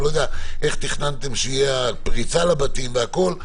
אני לא יודע איך תכננתם שתהיה הפריצה לבתים והכול.